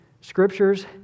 scriptures